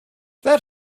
that